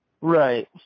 Right